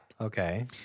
Okay